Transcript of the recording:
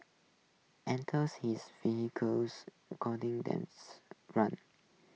enters his focus recording themes runs